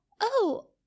Oh